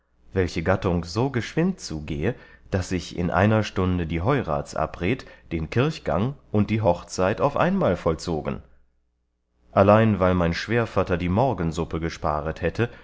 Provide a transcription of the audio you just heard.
welche gattung so geschwind zugehe daß ich in einer stunde die heuratsabred den kirchgang und die hochzeit auf einmal vollzogen allein weil mein schwährvatter die morgensuppe gesparet hätte